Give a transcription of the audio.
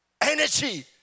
energy